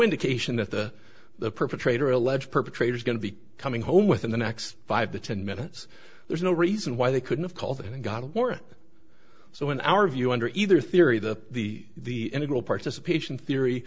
indication that the perpetrator alleged perpetrator is going to be coming home within the next five to ten minutes there's no reason why they couldn't have called and gotten more so in our view under either theory that the integral participation theory